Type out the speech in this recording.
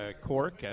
Cork